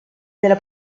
della